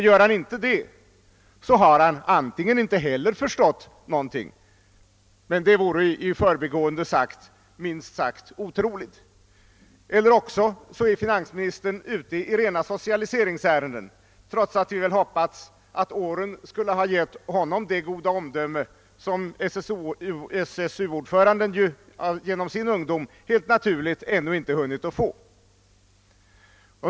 Gör han inte det, har han nämligen antingen inte förstått något — vilket i förbigående sagt vore högst otroligt — eller visat att han är ute i rena socialiseringsärenden, trots att vi väl hade hoppats att åren skulle ha givit honom det goda omdöme som SSU-ordföranden genom sin ungdom helt naturligt ännu ej hunnit få.